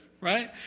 right